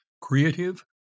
creative